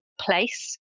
place